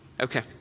Okay